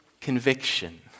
conviction